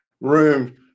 room